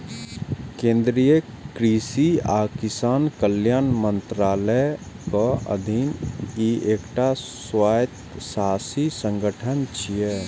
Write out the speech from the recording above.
केंद्रीय कृषि आ किसान कल्याण मंत्रालयक अधीन ई एकटा स्वायत्तशासी संगठन छियै